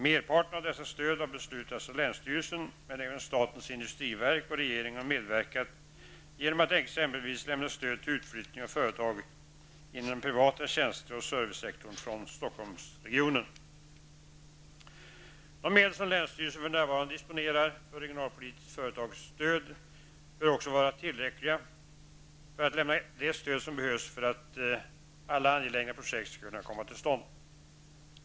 Merparten av dessa stöd har beslutats av länsstyrelsen, men även statens industriverk och regeringen har medverkat genom att exempelvis lämna stöd till utflyttning av företag inom den privata tjänste och servicesektorn från De medel som länsstyrelsen för närvarande disponerar för regionalpolitiskt företagsstöd bör också vara tillräckliga för att lämna det stöd som behövs för att alla angelägna projekt skall kunna komma till stånd.